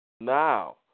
Now